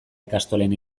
ikastolen